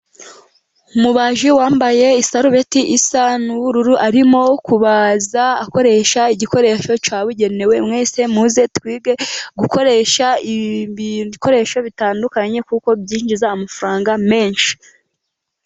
Umubaji wambaye isarubeti isa n'ubururu, arimo kubaza akoresha igikoresho cyabugenewe. Mwese muze twige gukoresha ibikoresho bitandukanye, kuko byinjiza amafaranga menshi.